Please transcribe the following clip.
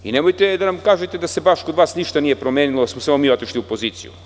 Nemojte da nam kažete da se baš kod vas ništa nije promenilo i da smo samo mi otišli u opoziciju.